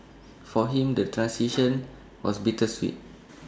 for him the transition was bittersweet